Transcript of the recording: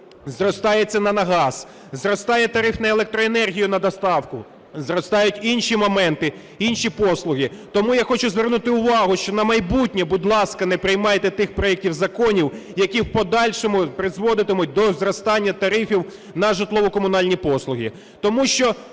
зростає ціна на газ, зростає тариф на електроенергію на доставку, зростають інші моменти, інші послуги. Тому я хочу звернути увагу, що на майбутнє, будь ласка, не приймаєте тих проектів законів, які в подальшому призводитимуть до зростання тарифів на житлово-комунальні послуги.